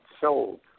sold